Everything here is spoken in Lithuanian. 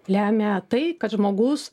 lemia tai kad žmogus